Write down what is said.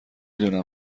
دونم